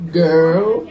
girl